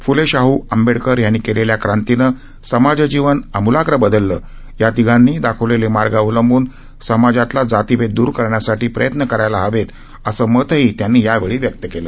प् ले शाह आंबेडकर यांनी केलेल्या क्रांतीनं समाजजीवन आमूलाग्र बदललं या तीघांनीही दाखवलेले मार्ग अवलंबून समाजातला जातीभेद दूर करण्यासाठी प्रयत्न व्हायला हवेत असं मतही त्यांनी यावेळी व्यक्त केलं